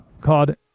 called